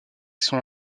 sont